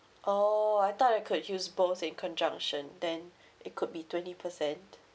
oh I thought I could use both in conjunction then it could be twenty percent